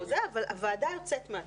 אבל הוועדה יוצאת מהתמונה,